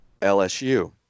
LSU